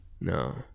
No